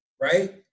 right